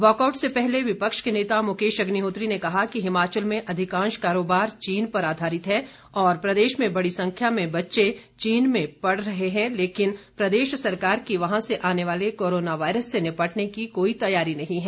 walkout से पहले विपक्ष के नेता मुकेश अग्निहोत्री ने कहा कि हिमाचल में अधिकांश कारोबार चीन पर आधारित है और प्रदेश में बड़ी संख्या में बच्चे चीन में पढ़ रहे हैं लेकिन प्रदेश सरकार की वहां से आने वाले कोरोना वायरस से निपटने की कोई तैयारी नहीं है